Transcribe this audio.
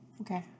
Okay